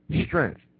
strength